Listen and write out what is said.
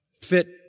fit